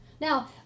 Now